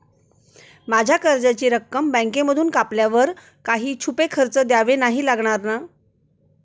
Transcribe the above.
माझ्या कर्जाची रक्कम बँकेमधून कापल्यावर काही छुपे खर्च द्यावे नाही लागणार ना?